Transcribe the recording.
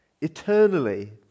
eternally